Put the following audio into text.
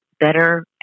better